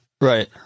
right